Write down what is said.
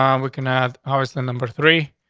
um we can have our is the number three.